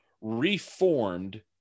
reformed